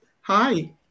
hi